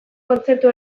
kontzeptu